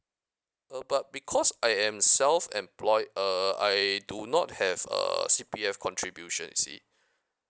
uh but because I am self employed uh I do not have a C_P_F contribution you see